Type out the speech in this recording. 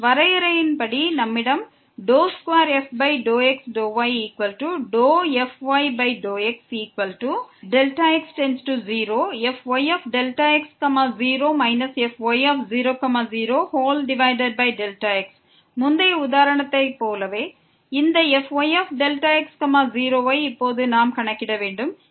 வரையறையின்படி நம்மிடம் இது இருக்கிறது 2f∂x∂yfy∂xfyΔx0 fy00Δx முந்தைய உதாரணத்தை போலவே இந்த fyΔx0 ஐ இப்போது நாம் கணக்கிட வேண்டும்